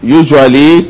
usually